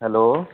hello